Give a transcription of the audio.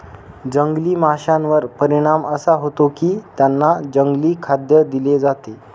जंगली माशांवर परिणाम असा होतो की त्यांना जंगली खाद्य दिले जाते